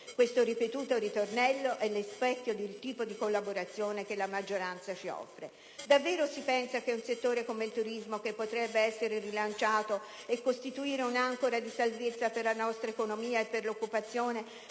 Questo ripetuto ritornello è lo specchio del tipo di collaborazione che la maggioranza ci offre. Davvero si pensa che un settore come il turismo, che potrebbe essere rilanciato e costituire un'ancora di salvezza per la nostra economia e per l'occupazione,